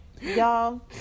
Y'all